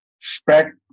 spec